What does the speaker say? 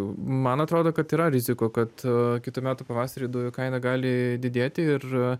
man atrodo kad yra rizikų kad kitų metų pavasarį dujų kaina gali didėti ir